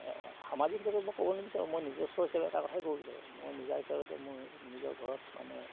সামাজিক হিচাপে মই ক'ব নিবিচাৰোঁ মই নিজস্ব হিচাপে এটা কথাই ক'ব বিচাৰোঁ মই নিজা হিচাপতে মই নিজৰ ঘৰত মানে